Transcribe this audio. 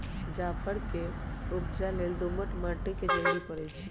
जाफर के उपजा लेल दोमट माटि के जरूरी परै छइ